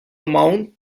mount